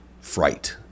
fright